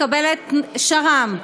מקבלת שר"ם,